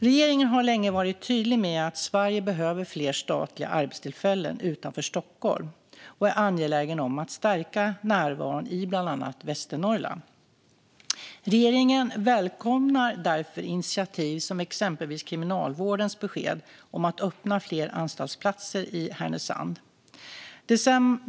Regeringen har länge varit tydlig med att Sverige behöver fler statliga arbetstillfällen utanför Stockholm och är angelägen om att stärka närvaron i bland annat Västernorrland. Regeringen välkomnar därför initiativ som exempelvis Kriminalvårdens besked om att öppna fler anstaltsplatser i Härnösand.